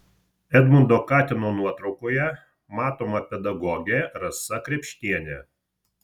edmundo katino nuotraukoje matoma pedagogė rasa krėpštienė